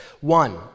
One